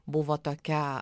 buvo tokia